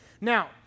Now